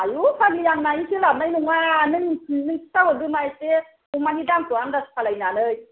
आयु फाग्लि आं नायनो सोलाबनाय नङा नों खिथा हरदोमा एसे अमानि दामखौ आन्दास खालामनानै